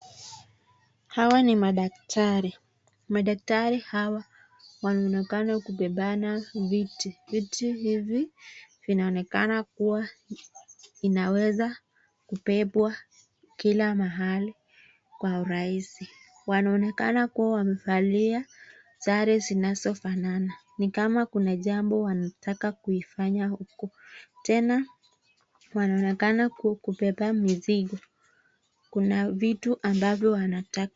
Hawa ni madaktari madaktari hawa wanaonekana kubebana viti. Viti hivi vinaonekana kuwa vinaweza kubebwa kila mahali kwa urahisi. Wanaonekana kuwa wamevalia sare zinazofanana ni kama kuna jambo wanataka kuifanya huku tena wanaonekana kubeba mizigo kuna viti ambavyo wanataka.